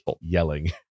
yelling